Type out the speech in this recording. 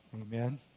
Amen